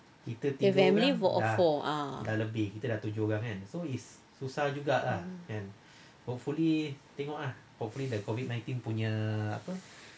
kita family of four ah